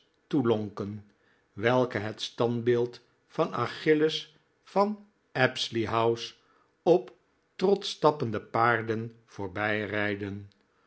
toelonken welke het standbeeld van achilles van apsley house op trots stappende paarden